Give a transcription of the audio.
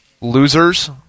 losers